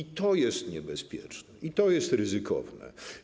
I to jest niebezpieczne, i to jest ryzykowne.